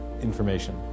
information